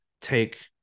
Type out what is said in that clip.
take